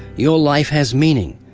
your life has meaning.